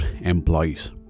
employees